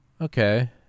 Okay